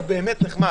הוא באמת נחמד.